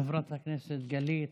חברת הכנסת גלית,